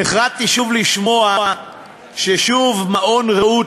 נחרדתי שוב לשמוע שעוד מעון "רעות"